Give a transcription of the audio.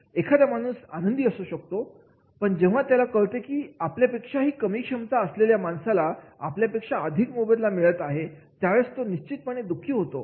एखादा माणूस आनंदी असू शकतो पण जेव्हा त्याला कळते आपल्यापेक्षाही कमी क्षमता असलेल्या माणसाला आपल्यापेक्षा अधिक मोबदला मिळत आहे त्यावेळेला तो निश्चितच दुःखी होतो